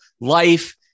life